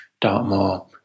Dartmoor